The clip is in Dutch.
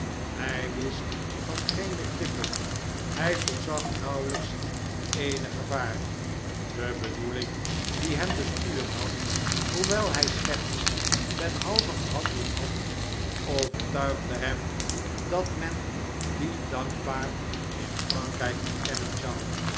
hy wist van geene klippen hij voorzag nauwelps eenig gevaar de bedoeling die hem bestuurd had hoewel hij slechts ten halve gehandeld had overtuigde hem dat men die dankbaar in frankrijk erkennen zou